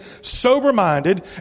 sober-minded